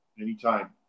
Anytime